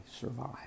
survive